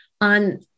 on